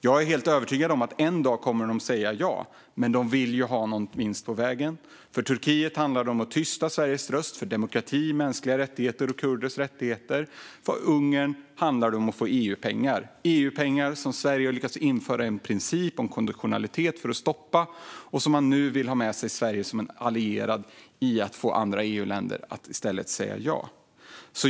Jag är helt övertygad om att de en dag kommer att säga ja, men de vill ju ha någon vinst på vägen. För Turkiet handlar det om att tysta Sveriges röst för demokrati, mänskliga rättigheter och kurders rättigheter. För Ungern handlar det om att få EU-pengar som Sverige har lyckats stoppa genom att införa en princip om konditionalitet. Nu vill man ha med sig Sverige som en allierad för att få andra EU-länder att i stället säga ja.